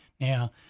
Now